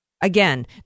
Again